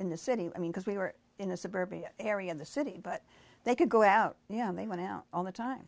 in the city i mean because we were in a suburbia area of the city but they could go out yeah they went out all the time